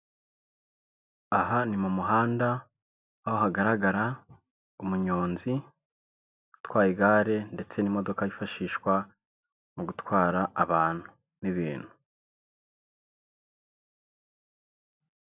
Aha ni mu muhanda aho hagaragara umunyonzi utwa igare ndetse n'imodoka yifashishwa mu gutwara abantu n'ibintu.